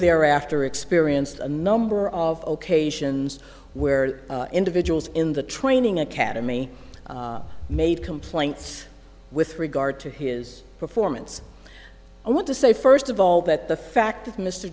thereafter experienced a number of occasions where individuals in the training academy made complaints with regard to his performance i want to say first of all that the fact